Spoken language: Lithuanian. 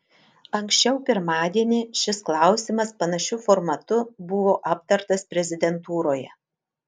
anksčiau pirmadienį šis klausimas panašiu formatu buvo aptartas prezidentūroje